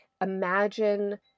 Imagine